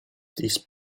these